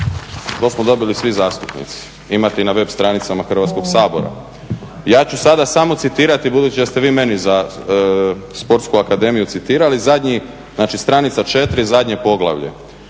To smo dobili svi zastupnici, imate i na web stranicama Hrvatskog sabor. Ja ću sada samo citirati, budući da ste vi meni za Sportsku akademiju citirali zadnji, znači stranica 4., zadnje poglavlje: